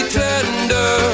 tender